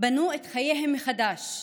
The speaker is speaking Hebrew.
בנו את חייהם מחדש.